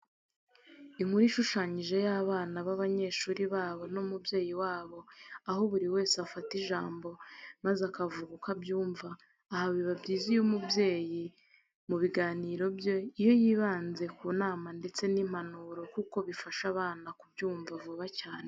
Inkuru ishushanyije y'abana b'abanyeshuri babo n'umubyeyi wabo aho buri wese afata ijambo maze akavuga uko abyumva. Aha biba byiza iyo umubyeyi mu biganiro bye iyo yibanze ku nama ndetse n'impanuro kuko bifasha abana kubyumva vuba cyane.